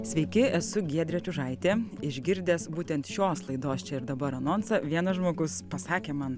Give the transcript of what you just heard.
sveiki esu giedrė čiužaitė išgirdęs būtent šios laidos čia ir dabar anonsą vienas žmogus pasakė man